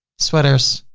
sweaters,